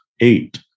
Eight